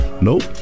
Nope